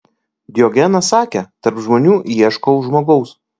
diogenas sakė tarp žmonių ieškau žmogaus